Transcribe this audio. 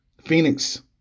Phoenix